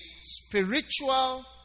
spiritual